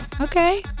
Okay